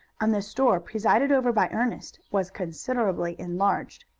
and the store presided over by ernest was considerably enlarged.